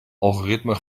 algoritme